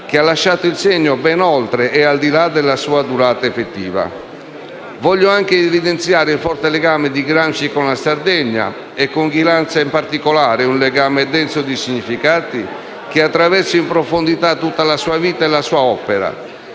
che ha lasciato il segno, ben oltre ed al di là della sua durata effettiva. Voglio anche evidenziare il forte legame di Gramsci con la Sardegna e con Ghilarza in particolare: un legame denso di significati che attraversa in profondità tutta la sua vita e la sua opera